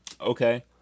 Okay